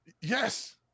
Yes